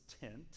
tent